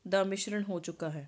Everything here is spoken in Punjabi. ਦਾ ਮਿਸ਼ਰਣ ਹੋ ਚੁੱਕਾ ਹੈ